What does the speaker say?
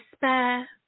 despair